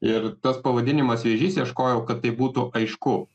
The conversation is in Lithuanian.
ir tas pavadinimas vėžys ieškojau kad tai būtų aišku